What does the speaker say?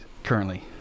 currently